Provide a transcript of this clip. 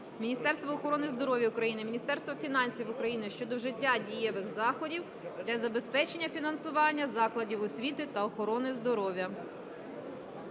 Міністерства охорони здоров'я України, Міністерства фінансів України щодо вжиття дієвих заходів для забезпечення фінансування закладів освіти та охорони здоров'я.